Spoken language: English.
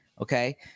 Okay